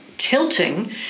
tilting